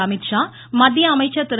அமீத்ஷா மத்திய அமைச்சர் திரு